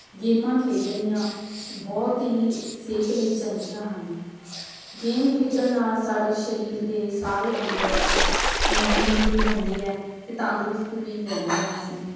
ਗੇਮਾਂ ਖੇਡਣੀਆਂ ਬਹੁਤ ਹੀ ਸਿਹਤ ਲਈ ਚੰਗੀਆਂ ਹਨ ਗੇਮ ਖੇਡਣ ਨਾਲ ਸਾਡੇ ਸਰੀਰ ਦੇ ਸਾਰੇ ਅੰਗ ਨੂੰ ਹਿਲਜੁਲ ਹੁੰਦੀ ਹੈ ਅਤੇ ਤੰਦਰੁਸਤ ਵੀ ਰਹਿੰਦੇ ਹਾਂ ਅਸੀਂ